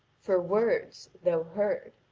for words, though heard,